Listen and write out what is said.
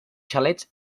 xalets